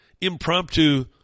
impromptu